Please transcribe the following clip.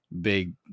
big